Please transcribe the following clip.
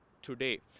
today